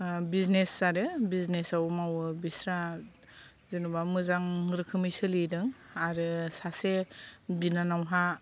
business आरो बिजनेसाव मावो बिस्रा जेनेबा मोजां रोखोमै सोलिदों आरो सासे बिनानावहा